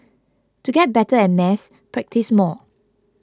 to get better at maths practise more